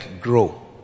grow